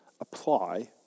apply